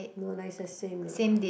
no lah is the same lah